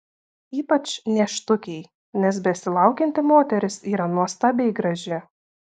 ypač nėštukei nes besilaukianti moteris yra nuostabiai graži